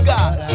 God